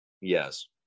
yes